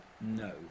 No